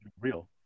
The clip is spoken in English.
real